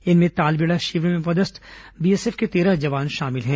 इनमें तालबेड़ा शिविर में पदस्थ बीएसएफ के तेरह जवान शामिल हैं